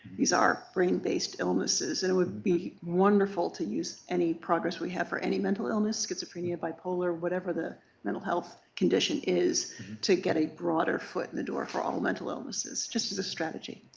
these are brain-based illnesses. and it would be wonderful to use any progress we have for any mental illness, schizophrenia, bipolar, whatever the mental health condition is to get a broader foot in the door for all mental illnesses just as a strategy.